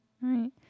Right